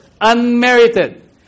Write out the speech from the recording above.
Unmerited